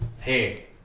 hey